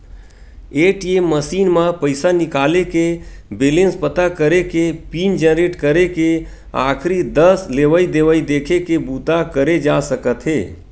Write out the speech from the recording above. ATM machine म पइसा निकाले के, बेलेंस पता करे के, पिन जनरेट करे के, आखरी दस लेवइ देवइ देखे के बूता करे जा सकत हे